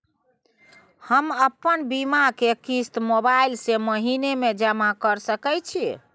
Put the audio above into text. हम अपन बीमा के किस्त मोबाईल से महीने में जमा कर सके छिए?